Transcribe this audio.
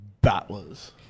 Battlers